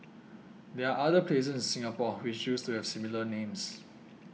there're other places in Singapore which used to have similar names